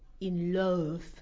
in-love